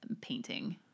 painting-